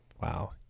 Wow